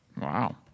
Wow